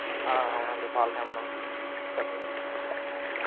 అవునండి పాల కేంద్రం చెప్పండి